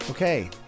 Okay